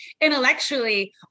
intellectually